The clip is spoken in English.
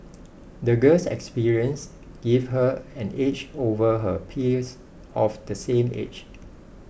the girl's experiences gave her an edge over her peers of the same age